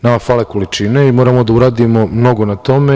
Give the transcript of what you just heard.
Nama fale količine i moramo da uradimo mnogo na tome.